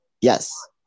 Yes